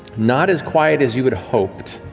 not as quiet as you had hoped.